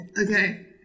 Okay